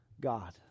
God